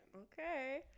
Okay